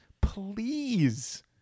please